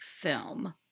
film